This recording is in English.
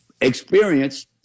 experience